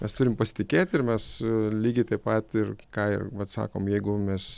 mes turim pasitikėti ir mes lygiai taip pat ir ką ir vat sakom jeigu mes